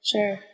Sure